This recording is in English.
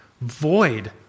Void